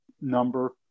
number